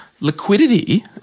liquidity